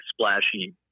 splashy